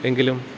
എങ്കിലും